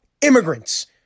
immigrants